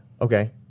Okay